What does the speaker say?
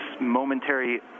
momentary